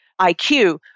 IQ